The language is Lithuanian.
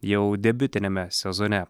jau debiutiniame sezone